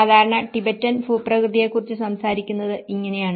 സാധാരണ ടിബറ്റൻ ഭൂപ്രകൃതിയെക്കുറിച്ച് സംസാരിക്കുന്നത് ഇങ്ങനെയാണ്